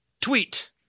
tweet